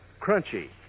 crunchy